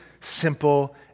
simple